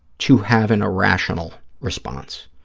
to have an irrational response,